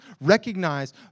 recognize